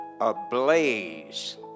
ablaze